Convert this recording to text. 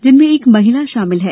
जिनमें एक महिला शामिल है